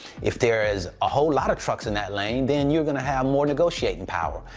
if there is a whole lot of trucks in that lane, then you're gonna have more negotiating power.